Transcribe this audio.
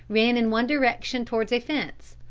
ran in one direction towards a fence,